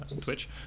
Twitch